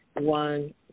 one